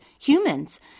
humans